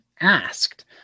asked